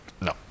no